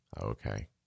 Okay